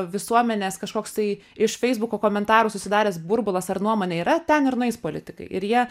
visuomenės kažkoks tai iš feisbuko komentarų susidaręs burbulas ar nuomone yra ten ir nueis politikai ir jie